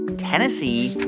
tennessee,